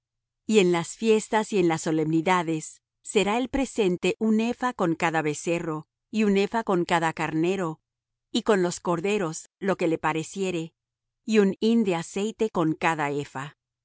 y en las fiestas y en las solemnidades será el presente un epha con cada becerro y un epha con cada carnero y con los corderos lo que le pareciere y un hin de aceite con cada epha